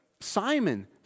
Simon